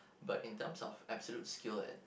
but in terms of absolute skill at